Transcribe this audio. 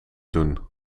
doen